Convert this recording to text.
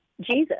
Jesus